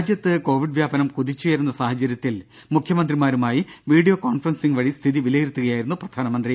രാജ്യത്ത് കോവിഡ് വ്യാപനം കുതിച്ചുയരുന്ന സാഹചര്യത്തിൽ മുഖ്യമന്ത്രിമാരുമായി വീഡിയോ കോൺഫറൻസിംഗ് വഴി സ്ഥിതി വിലയിരുത്തുകയായിരുന്നു പ്രധാനമന്ത്രി